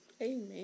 Amen